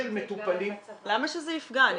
למה שזה יפגע?